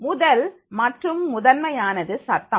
முதல் மற்றும் முதன்மையானது சத்தம்